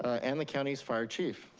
and the county's fire chief.